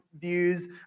views